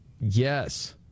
Yes